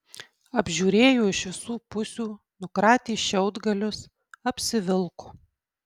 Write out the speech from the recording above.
apžiūrėjo iš visų pusių nukratė šiaudgalius apsivilko